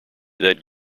that